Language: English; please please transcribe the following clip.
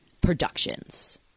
Productions